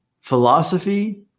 Philosophy